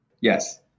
Yes